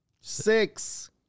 Six